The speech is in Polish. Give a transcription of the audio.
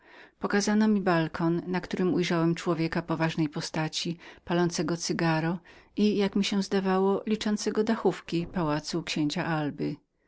pokazano mi balkon na którym ujrzałem człowieka poważnej postaci polącegopalącego cygaro i o ile się zdawało liczącego dachówki pałacu księcia alby